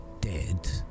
dead